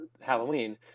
Halloween